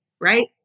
right